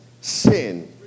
sin